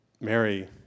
Mary